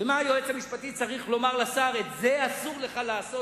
ומה היועץ המשפטי צריך לומר לשר: את זה אסור לך לעשות,